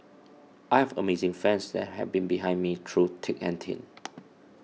I have amazing fans and they have been behind me through thick and thin